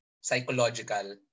psychological